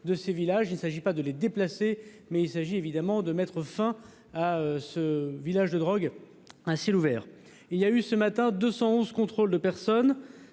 de ces villages, il s'agit pas de les déplacer, mais il s'agit évidemment de mettre fin à ce village de drogue ainsi ouvert il y a eu ce matin 211 contrôle de personnes